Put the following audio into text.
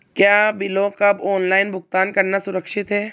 क्या बिलों का ऑनलाइन भुगतान करना सुरक्षित है?